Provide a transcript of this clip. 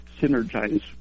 synergize